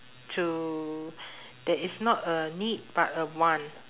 to that is not a need but a want